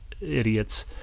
idiots